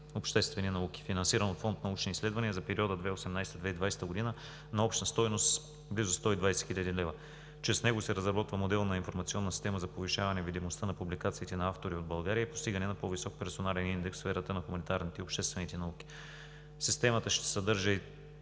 обществени науки, финансиран от Фонд „Научни изследвания“ за периода 2018 – 2020 г. на обща стойност близо 120 хил. лв. Чрез него се разработва модел на информационна система за повишаване видимостта на публикациите на автори от България и постигане на по-висок персонален индекс в сферата на хуманитарните и обществените науки. Системата ще съдържа и